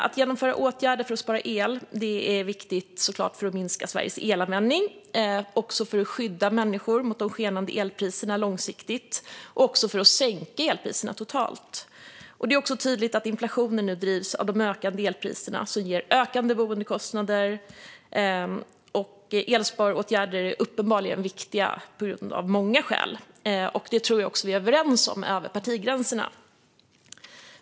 Att vidta åtgärder för att spara el är såklart viktigt för att minska Sveriges elanvändning, också för att långsiktigt skydda människor mot de skenande elpriserna och för att sänka elpriserna totalt. Det är tydligt att inflationen nu drivs av de ökande elpriserna, som ger ökande boendekostnader. Elsparåtgärder är uppenbarligen viktiga av många skäl. Det tror jag också att vi är överens om över partigränserna.